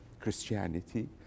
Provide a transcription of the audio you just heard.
Christianity